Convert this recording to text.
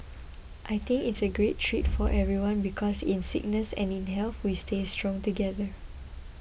I think it's a great treat for everyone because in sickness and in health we stay strong together